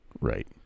right